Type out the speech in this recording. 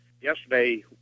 yesterday